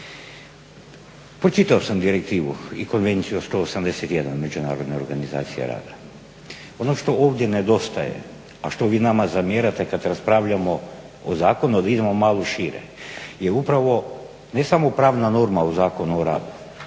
pročitao sam direktivu i konvenciju 181 Međunarodne organizacije rada. Ono što ovdje nedostaje, a što vi nama zamjerate kad raspravljamo o zakonu da idemo malo u šire je upravo ne samo pravna norma u Zakonu o radu